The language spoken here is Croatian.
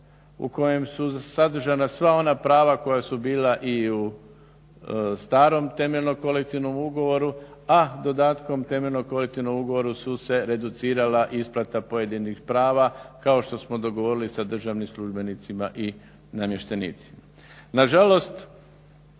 u kojem su sadržana sva ona prava koja su bila i u starom temeljnom kolektivnom ugovoru, a dodatkom u temeljenom kolektivnom ugovoru su se reducirala isplata pojedinih prava kao što smo dogovorili sa državnim službenicima i namještenicima. Nažalost